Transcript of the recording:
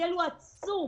ההבדל עצום